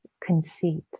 conceit